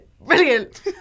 brilliant